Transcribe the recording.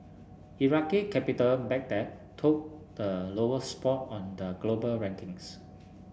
Iraqi capital Baghdad took the lowest spot on the global rankings